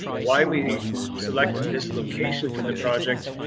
why we say? like acted this location for the project.